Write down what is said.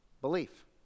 Belief